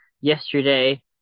yesterday